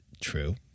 true